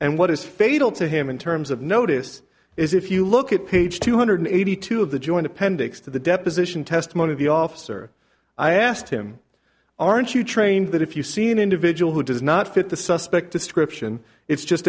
and what is fatal to him in terms of notice is if you look at page two hundred eighty two of the joint appendix to the deposition testimony of the officer i asked him aren't you trained that if you see an individual who does not fit the suspect description it's just